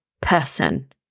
person